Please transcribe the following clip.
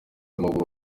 amaguru